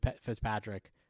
Fitzpatrick